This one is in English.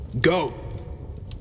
Go